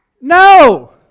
No